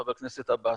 חבר הכנסת עבאס.